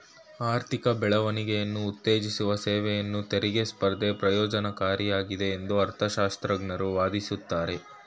ಆರ್ಥಿಕ ಬೆಳವಣಿಗೆಯನ್ನ ಉತ್ತೇಜಿಸುವ ಸೇವೆಯನ್ನ ತೆರಿಗೆ ಸ್ಪರ್ಧೆ ಪ್ರಯೋಜ್ನಕಾರಿಯಾಗಿದೆ ಎಂದು ಅರ್ಥಶಾಸ್ತ್ರಜ್ಞರು ವಾದಿಸುತ್ತಾರೆ